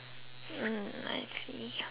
mm I see